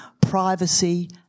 privacy